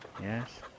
Yes